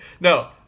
No